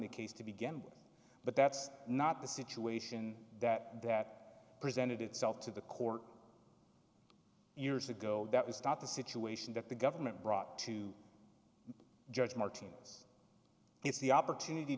the case to begin with but that's not the situation that that presented itself to the court years ago that was not the situation that the government brought to judge martinez it's the opportunity